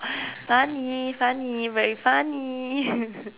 funny funny very funny